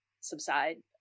subside